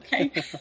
okay